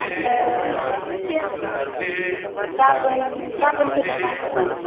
आंनो गाबोन गाबोनफोरनो नांगौमोन